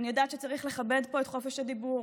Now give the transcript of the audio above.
אני יודעת שצריך לכבד פה את חופש הדיבור.